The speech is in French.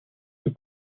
peu